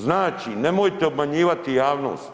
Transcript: Znači nemojte obmanjivati javnost,